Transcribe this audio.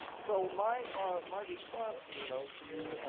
so my ah my response, lino, to you,